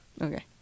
Okay